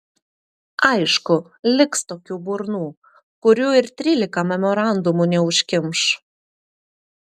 aišku liks tokių burnų kurių ir trylika memorandumų neužkimš